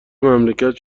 مملکت